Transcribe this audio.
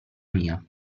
mia